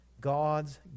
God's